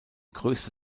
größte